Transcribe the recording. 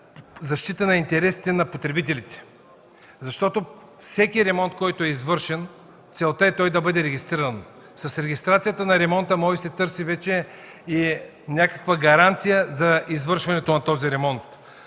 защита на интересите на потребителите, защото целта на всеки ремонт, който е извършен, е да бъде регистриран. С регистрацията на ремонта може да се търси и някаква гаранция за извършването на този ремонт.